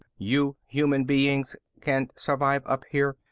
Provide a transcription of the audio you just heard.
you human beings can't survive up here.